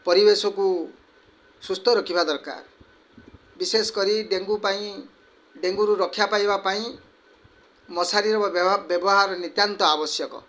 ପରିବେଶକୁ ସୁସ୍ଥ ରଖିବା ଦରକାର ବିଶେଷ କରି ଡେଙ୍ଗୁ ପାଇଁ ଡେଙ୍ଗୁରୁ ରକ୍ଷା ପାଇବା ପାଇଁ ମଶାରୀର ବ୍ୟବହାର ନିତାନ୍ତ ଆବଶ୍ୟକ